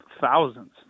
Thousands